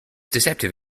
deceptive